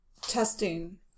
testing